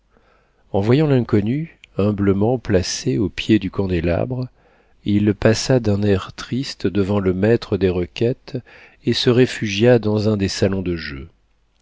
en voyant l'inconnue humblement placée au pied du candélabre il passa d'un air triste devant le maître des requêtes et se réfugia dans un des salons de jeu